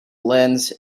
lends